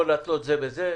לא להתלות זה בזה.